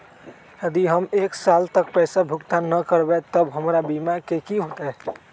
यदि हम एक साल तक पैसा भुगतान न कवै त हमर बीमा के की होतै?